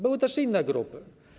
Były też inne grupy.